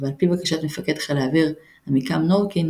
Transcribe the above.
ועל פי בקשת מפקד חיל האוויר עמיקם נורקין,